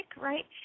right